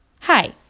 Hi